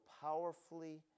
powerfully